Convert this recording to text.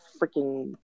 freaking